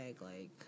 like-